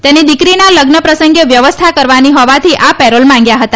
તેની દિકરીના લગ્ન પ્રસંગે વ્યવસ્થા કરવાની હોવાથી આ પેરોલ માગ્યા હતા